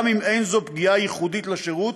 גם אם אין זו פגיעה ייחודית לשירות,